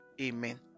amen